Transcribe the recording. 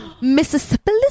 Mississippi